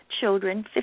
children